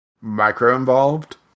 micro-involved